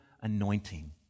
anointing